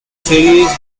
series